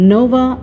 Nova